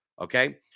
Okay